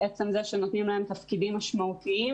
- עצם זה שנותנים להן תפקידים משמעותיים.